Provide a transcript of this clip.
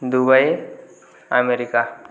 Dubai America